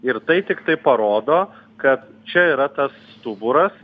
ir tai tiktai parodo kad čia yra tas stuburas